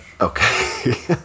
Okay